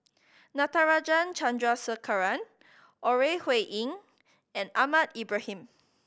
Natarajan Chandrasekaran Ore Huiying and Ahmad Ibrahim